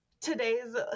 today's